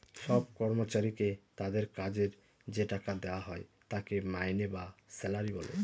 সব কর্মচারীকে তাদের কাজের যে টাকা দেওয়া হয় তাকে মাইনে বা স্যালারি বলে